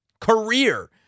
career